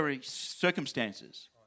circumstances